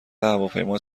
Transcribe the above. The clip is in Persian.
هواپیما